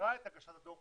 ואפשרה את הגשת הדוח